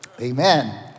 Amen